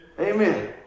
Amen